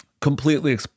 completely